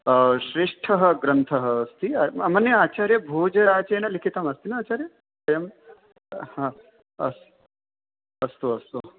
श्रेष्ठः ग्रन्थः अस्ति मन्ये आचार्य भोजराजेन लिखितम् अस्ति वा आचार्य अयम् अस्तु अस्तु